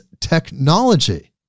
technology